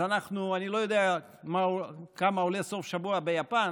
אז אנחנו" אני לא יודע כמה עולה סוף שבוע ביפן,